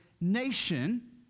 nation